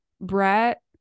Brett